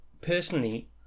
personally